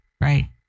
right